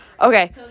okay